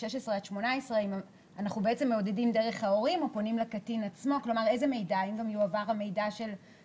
ואנחנו קובעים שהוא רשאי להעביר מידע --- לא.